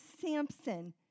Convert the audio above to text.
Samson